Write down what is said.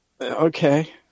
Okay